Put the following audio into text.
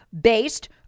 based